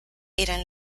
eran